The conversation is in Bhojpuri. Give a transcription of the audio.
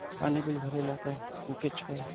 पानी बिल भरे ला का पुर्फ चाई?